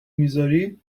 میذاری